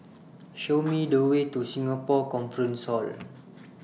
Show Me The Way to Singapore Conference Hall